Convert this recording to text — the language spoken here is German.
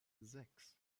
sechs